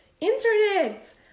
internet